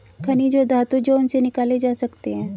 खनिज और धातु जो उनसे निकाले जा सकते हैं